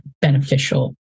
beneficial